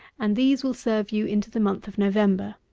and these will serve you into the month of november.